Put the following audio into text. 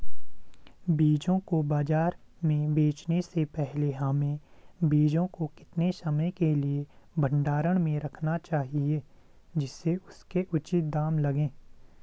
बीजों को बाज़ार में बेचने से पहले हमें बीजों को कितने समय के लिए भंडारण में रखना चाहिए जिससे उसके उचित दाम लगें?